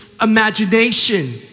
imagination